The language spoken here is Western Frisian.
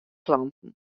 klanten